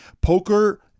Poker